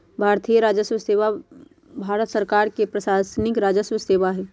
भारतीय राजस्व सेवा भारत सरकार के प्रशासनिक राजस्व सेवा हइ